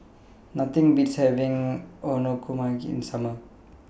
Nothing Beats having Okonomiyaki in The Summer